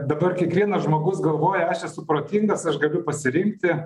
dabar kiekvienas žmogus galvoja aš esu protingas aš galiu pasirinkti